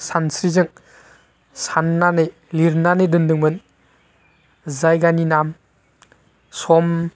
सानस्रिजों सान्नानै लिरनानै दोनदोंमोन जायगानि नाम सम